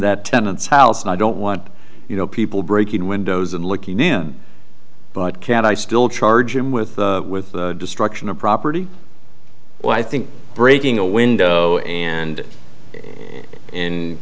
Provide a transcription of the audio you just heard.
that tenants house and i don't want you know people breaking windows and looking in but can i still charge him with with the destruction of property well i think breaking a window in and in